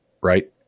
right